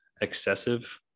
excessive